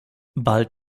bald